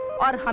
water um